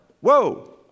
whoa